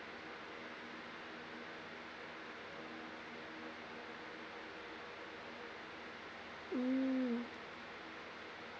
mm